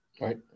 Right